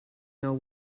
know